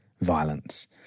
violence